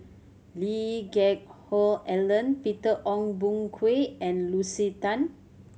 Lee Geck Hoon Ellen Peter Ong Boon Kwee and Lucy Tan